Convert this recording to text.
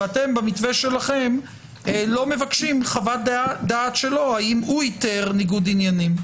ואתם במתווה שלכם לא מבקשים חוות-דעת שלו האם הוא איתר ניגוד עניינים.